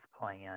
plan